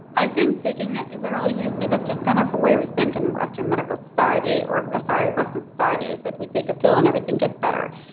i think taking. we're all used to that's just kind of a way we think in the western medical society or, sorry, western society is that we take a pill and everything gets better.